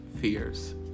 Fears